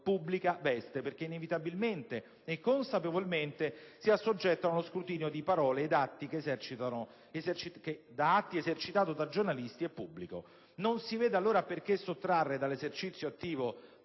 pubblica veste», perché inevitabilmente e consapevolmente si assoggettano allo scrutinio di parole ed atti esercitato da giornalisti e pubblico. Non si vede allora perché si debbano sottrarre dall'esercizio attivo